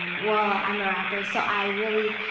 well, i'm a rapper so i really,